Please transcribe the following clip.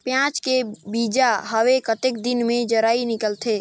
पियाज के बीजा हवे कतेक दिन मे जराई निकलथे?